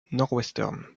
northwestern